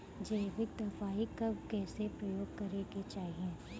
जैविक दवाई कब कैसे प्रयोग करे के चाही?